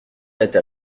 nette